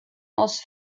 aus